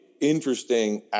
interesting